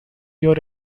your